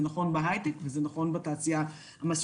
זה נכון בהייטק וזה נכון בתעשייה המסורתית